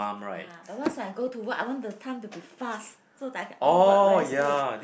ah but once I go to work I want the time to be fast so that I can off work very soon